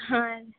ಹಾಂ